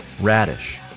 Radish